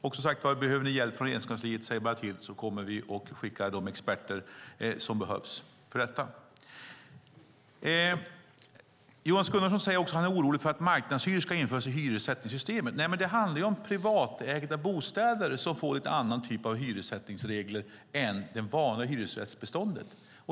Och, som sagt, om ni behöver hjälp från Regeringskansliet så säg bara till så skickar vi de experter som behövs. Jonas Gunnarsson säger att han är orolig för att marknadshyror ska införas i hyressättningssystemet. Nej, det handlar om privatägda bostäder som får en lite annan typ av hyressättningsregler än det vanliga hyresrättsbeståndet.